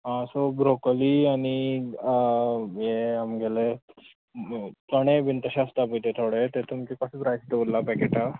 आ सो ब्रोकॉली आनी ये आमगेले चणे बीन तशे आसता पय ते थोडे ते तुमके कशें प्रायस दोवल्ला पॅकेटा